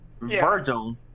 Virgil